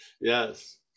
Yes